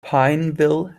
pineville